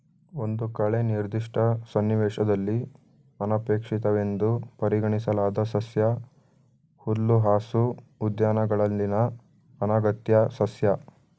ಒಂದು ಕಳೆ ನಿರ್ದಿಷ್ಟ ಸನ್ನಿವೇಶದಲ್ಲಿ ಅನಪೇಕ್ಷಿತವೆಂದು ಪರಿಗಣಿಸಲಾದ ಸಸ್ಯ ಹುಲ್ಲುಹಾಸು ಉದ್ಯಾನಗಳಲ್ಲಿನ ಅನಗತ್ಯ ಸಸ್ಯ